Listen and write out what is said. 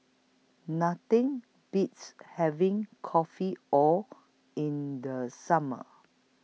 Nothing Beats having Kopi O in The Summer